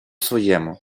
своєму